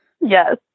Yes